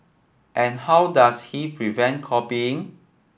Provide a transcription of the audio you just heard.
and how does he prevent copying